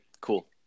cool